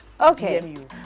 Okay